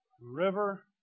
river